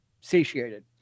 satiated